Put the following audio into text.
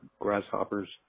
Grasshoppers